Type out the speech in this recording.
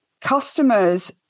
customers